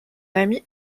ami